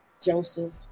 Joseph